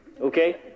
Okay